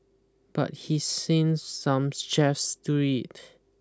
but he seems some chefs do it